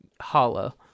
Hollow